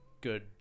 good